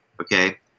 Okay